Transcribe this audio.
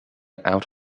out